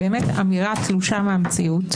באמת אמירה תלושה מהמציאות,